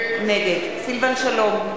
נגד סילבן שלום,